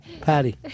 Patty